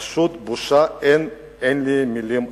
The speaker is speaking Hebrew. פשוט בושה, אין לי מלים אחרות.